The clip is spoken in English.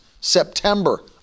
September